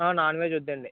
non veg వద్దండి